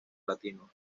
latino